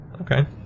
Okay